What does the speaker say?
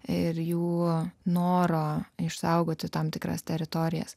ir jų norą išsaugoti tam tikras teritorijas